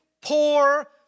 poor